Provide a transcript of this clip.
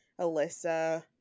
Alyssa